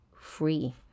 free